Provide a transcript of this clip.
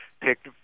picked